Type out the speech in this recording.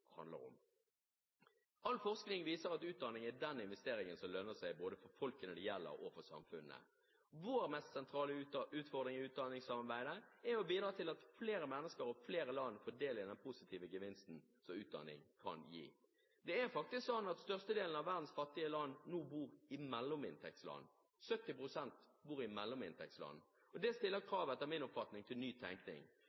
handler om. All forskning viser at utdanning er den investeringen som lønner seg både for folkene det gjelder og for samfunnene. Vår mest sentrale utfordring i utdanningssamarbeidet er å bidra til at flere mennesker og flere land får del i den positive gevinsten som utdanning kan gi. Det er faktisk sånn at størstedelen av verdens fattige land nå bor i mellominntektsland. 70 pst. bor i mellominntektsland. Det stiller